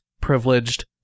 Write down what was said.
privileged